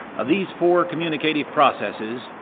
of these four communicative processes,